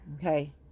Okay